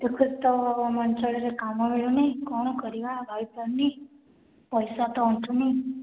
ଏବେ ତ ଆମ ଅଞ୍ଚଳରେ କାମ ମିଳୁନି କ'ଣ କରିବା ରହିପାରୁନି ପଇସା ତ ଅଣ୍ଟୁନି